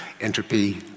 entropy